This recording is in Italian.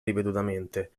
ripetutamente